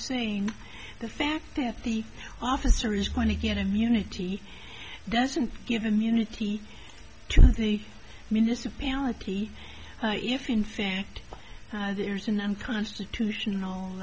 saying the fact that the officer is going to get immunity doesn't give immunity to the municipality if in fact there's an unconstitutional